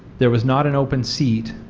there was not an open seat,